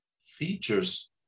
features